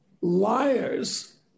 liars